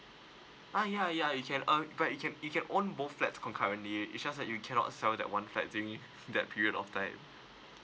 uh ya ya you can um but you can you can own both flats concurrently it's just that you cannot sell that one flat during that period of time